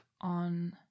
on